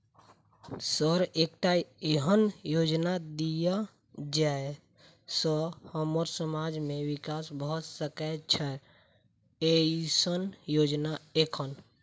Sir एकटा एहन योजना दिय जै सऽ हम्मर समाज मे विकास भऽ सकै छैय एईसन योजना एखन?